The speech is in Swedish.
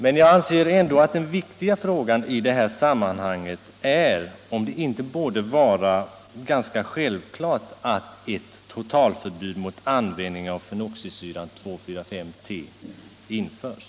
Men jag anser ändå att den viktiga frågan i det här sammanhanget är om det inte borde vara ganska självklart att ett totalförbud mot användning av fenoxisyran 2,4,5-T införs.